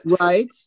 right